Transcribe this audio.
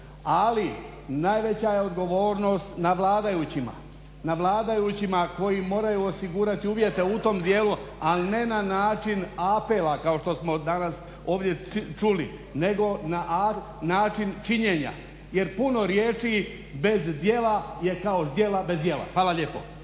Ali najveća je odgovornost na vladajućima, na vladajućima koji moraju osigurati uvjete u tom dijelu ali ne na način apela kao što smo danas čuli. Nego na način činjenja jer puno riječi bez djela je kao zdjela bez jela. Hvala lijepo.